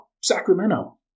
Sacramento